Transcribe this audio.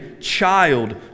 child